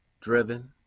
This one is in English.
driven